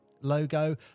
logo